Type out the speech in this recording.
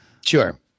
Sure